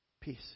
Peace